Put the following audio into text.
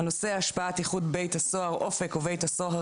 הנושא: השפעת איחוד בית הסוהר אופק ובית הסוהר